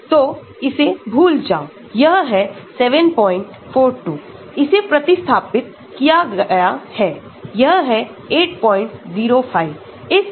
तोइसे भूल जाओ यह है 742 इसे प्रतिस्थापित किया गया है यह है 805 इस अनुरूपण को देखो